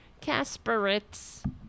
Kasparitz